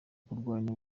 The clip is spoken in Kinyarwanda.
kurwanya